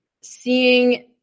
seeing